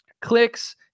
clicks